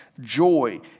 joy